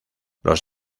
los